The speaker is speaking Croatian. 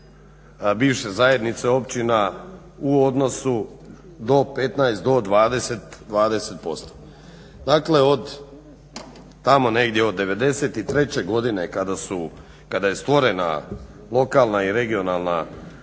bivše zajednice općina u odnosu do 15, do 20% Dakle od tamo negdje od '93.godine kada je stvorena lokalna i regionalna